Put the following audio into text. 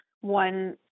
one